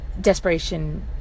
desperation